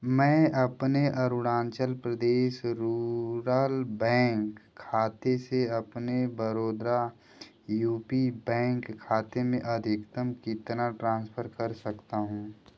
मैं अपने Arunachal Pradesh rural bank खाते से अपने बड़ौदा यू पी बैंक खाते में अधिकतम कितना ट्रांसफ़र कर सकता हूँ